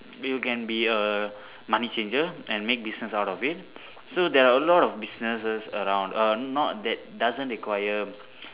you can be a money changer and make business out of it so there are a lot of businesses around err not that doesn't require